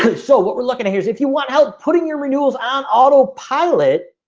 so what we're looking at here is if you want help putting your renewals on autopilot.